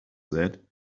that